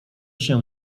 się